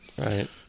Right